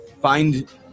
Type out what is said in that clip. find